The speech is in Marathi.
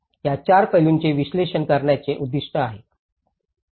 या 4 पैलूंचे विश्लेषण करण्याचे उद्दीष्ट आहे